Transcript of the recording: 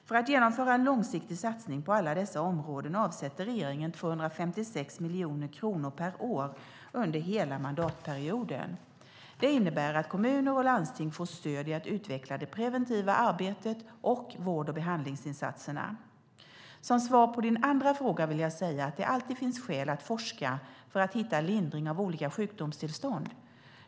För att genomföra en långsiktig satsning på alla dessa områden avsätter regeringen 256 miljoner kronor per år under hela mandatperioden. Det innebär att kommuner och landsting får stöd i att utveckla både det preventiva arbetet och vård och behandlingsinsatserna. Som svar på den andra frågan vill jag säga att det alltid finns skäl att forska för att hitta lindring av olika sjukdomstillstånd.